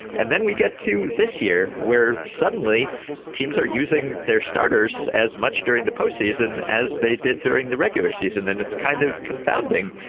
and then we get to this year where suddenly teams are using their starters as much during the postseason as they did during the regular season and then it's kind of confounding.